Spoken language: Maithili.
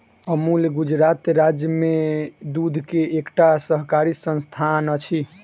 अमूल गुजरात राज्य में दूध के एकटा सहकारी संस्थान अछि